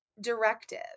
directive